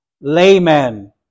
layman